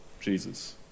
Jesus